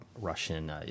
Russian